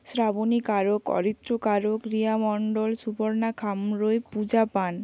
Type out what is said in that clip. শ্রাবণী কারক অরিত্র কারক রিয়া মণ্ডল সুপর্ণা খামরুই পূজা পান